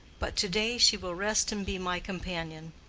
but to-day she will rest and be my companion.